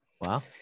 Wow